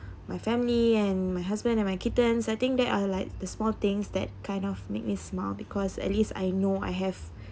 my family and my husband and my kittens I think that are like the small things that kind of makes me smile because at least I know I have